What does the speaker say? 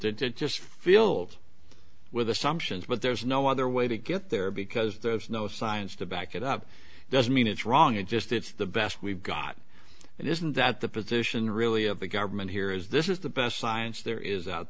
opinions at that it just filled with assumptions but there's no other way to get there because there's no science to back it up doesn't mean it's wrong it's just it's the best we've got it isn't that the position really of the government here is this is the best science there is out